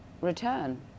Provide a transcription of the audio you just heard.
return